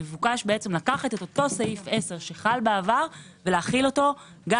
מבוקש בעצם לקחת את אותו סעיף 10 שחל בעבר ולהחיל אותו גם